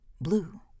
Blue